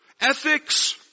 Ethics